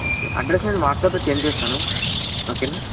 okay address నేను వాట్సప్లో send చేస్తాను ఓకేనా